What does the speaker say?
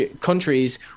countries